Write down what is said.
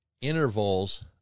intervals